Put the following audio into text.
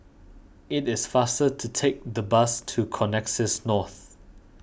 it is faster to take the bus to Connexis North